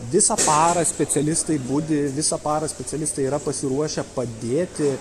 visą parą specialistai budi visą parą specialistai yra pasiruošę padėti